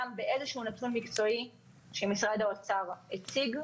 באיזשהו נתון מקצועי שמשרד האוצר הציג.